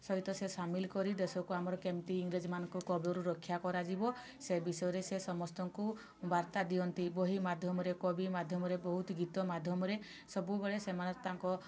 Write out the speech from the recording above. ସହିତ ସେ ସାମିଲ୍ କରି ଦେଶକୁ ଆମର କେମିତି ଇଂରେଜ୍ମାନଙ୍କ କବଳରୁ ରକ୍ଷା କରାଯିବ ସେ ବିଷୟରେ ସେ ସମସ୍ତଙ୍କୁ ବାର୍ତ୍ତା ଦିଅନ୍ତି ବହି ମାଧ୍ୟମରେ କବି ମାଧ୍ୟମରେ ବହୁତ ଗୀତ ମାଧ୍ୟମରେ ସବୁବେଳେ ସେମାନେ ତାଙ୍କ